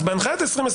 אז בהנחיית 2021,